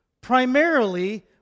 primarily